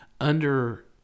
under-